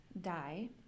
die